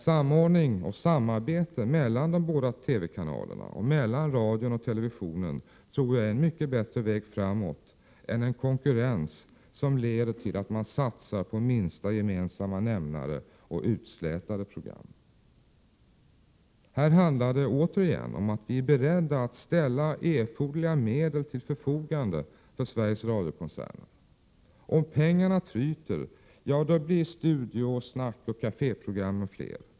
Samordning och samarbete mellan de båda TV-kanalerna och mellan radion och televisionen tror jag är en mycket bättre väg framåt än en konkurrens som leder till att man satsar på minsta gemensamma nämnare och utslätade program. Här handlar det återigen om att ställa erforderliga medel till förfogande för Sveriges Radio-koncernen. Om pengarna tryter, blir studio-, snackoch caféprogrammen fler.